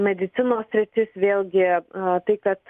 medicinos sritis vėlgi tai kad